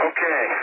Okay